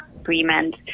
Agreement